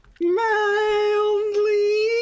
Mildly